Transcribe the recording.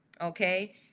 okay